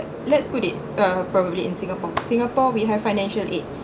let's put it uh probably in singapore singapore we have financial aids